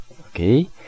Okay